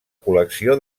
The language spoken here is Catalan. col·lecció